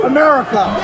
America